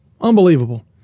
Unbelievable